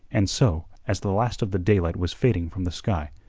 and so, as the last of the daylight was fading from the sky,